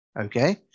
Okay